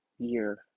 year